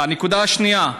הנקודה השנייה: